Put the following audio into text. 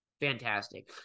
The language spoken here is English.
Fantastic